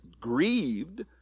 grieved